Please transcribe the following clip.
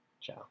Ciao